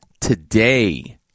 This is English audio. today